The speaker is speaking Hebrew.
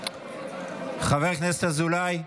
חבר הכנסת אזולאי,